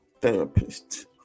therapist